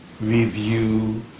review